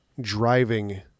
driving